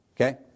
okay